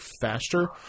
faster